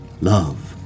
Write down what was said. Love